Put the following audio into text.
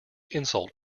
insult